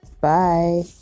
bye